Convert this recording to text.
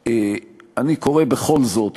אני קורא בכל זאת